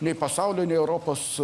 nei pasaulio nei europos